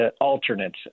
alternates